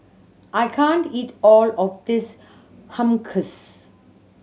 I can't eat all of this Hummus